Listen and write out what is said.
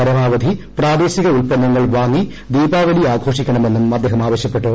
പരമാവധി പ്രാദേശിക ഉത്പന്നങ്ങൾ വാങ്ങി ദീപാവലി ആഘോഷിക്കണമെന്നും അദ്ദേഹം ആവശ്യപ്പെട്ടു